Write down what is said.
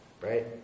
right